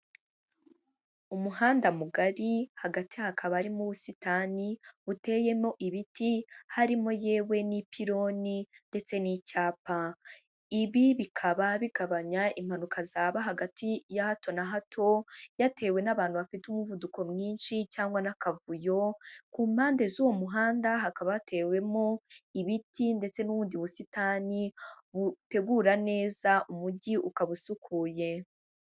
Umuhanda mugari hagati hakaba harimo ubusitani buteyemo ibiti, harimo yewe n'ipironi ndetse n'icyapa, ibi bikaba bigabanya impanuka zaba hagati ya hato na hato byatewe n'abantu bafite umuvuduko mwinshi cyangwa n'akavuyo, ku mpande z'uwo muhanda hakaba hatewemo, ibiti ndetse n'ubundi busitani butegura neza umujyi ukaba usukuye.